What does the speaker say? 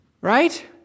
right